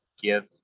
give